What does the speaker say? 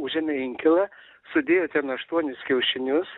užėmė inkilą sudėjo ten aštuonis kiaušinius